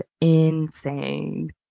insane